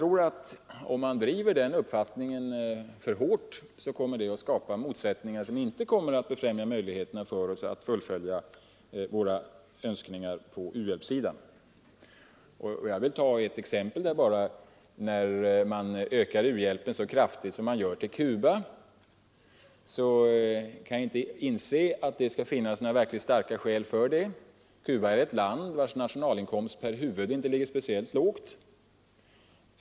Om man driver den uppfattningen för hårt kommer det att skapa motsättningar som inte kommer att befrämja möjligheterna för oss att fullfölja våra önskningar på u-hjälpssidan. Jag vill ta ett exempel. När man ökar u-hjälpen så kraftigt som man gör till Cuba kan jag inte inse att det finns några verkligt starka skäl för det. Cuba är ett land vars nationalinkomst per huvud inte ligger speciellt lågt.